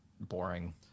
boring